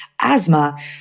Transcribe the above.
asthma